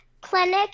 clinic